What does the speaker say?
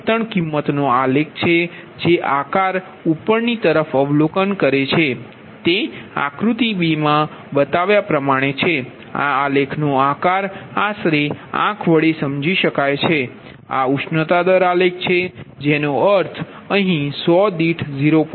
બળતણ કિંમતનો આલેખ છે જે આકાર ઉપરની તરફ અવલોકન કરે છે તે આકૃતિ 2 માં બતાવેલ આ આલેખનો આકાર આશરે આંખ વડે સમજી શકાય છે આ ઉષ્ણતા દર આલેખ છે જેનો અર્થ તે અહીં 100 દીઠ 0